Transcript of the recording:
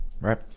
Right